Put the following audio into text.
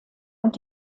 und